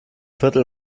viertel